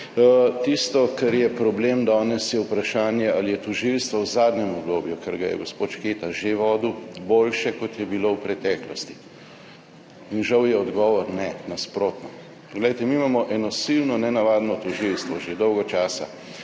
Tisto, kar je problem danes, je vprašanje, ali je tožilstvo v zadnjem obdobju, ker ga je gospod Šketa že vodil, boljše, kot je bilo v preteklosti. Žal je odgovor ne, nasprotno. Glejte, mi imamo eno silno nenavadno tožilstvo že dolgo časa,